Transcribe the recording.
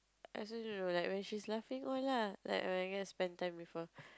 I also don't know like when she's laughing all lah like when I get to spend time with her